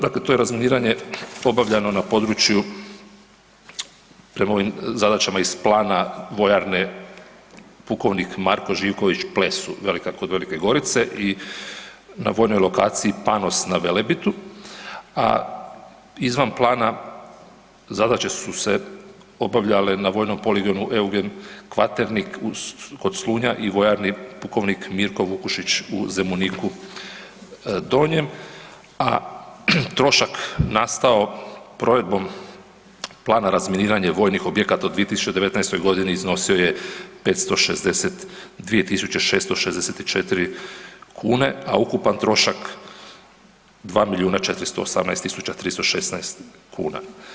Dakle, to je razminiranje obavljeno na području, prema ovim zadaćama iz plana Vojarne „Pukovnik Marko Živković“ na Plesu kod Velike Gorice i na vojnoj lokaciji Panos na Velebitu, a izvan plana zadaće su se obavljale na vojnom poligonu „Eugen Kvaternik“ kod Slunja i Vojarni „Pukovnik Mirko Vukušić“ u Zemuniku Donjem, a trošak nastao provedbom plana razminiranje vojnih objekata u 2019.g. iznosio je 562.664 kune, a ukupan trošak 2.418.316 kuna.